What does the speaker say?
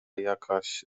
jakaś